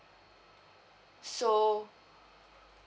so